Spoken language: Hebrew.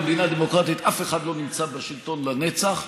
במדינה דמוקרטית אף אחד לא נמצא בשלטון לנצח.